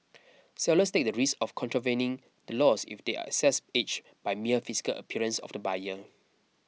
sellers take the risk of contravening the laws if they assess age by mere physical appearance of the buyer